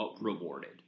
rewarded